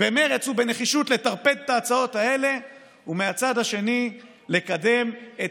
במרץ ובנחישות לטרפד את ההצעות האלה ומהצד השני לקדם את